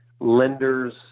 Lenders